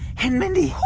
and, mindy,